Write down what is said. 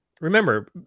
Remember